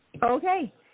Okay